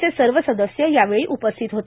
चे सर्व सदस्य यावेळी उपस्थित होते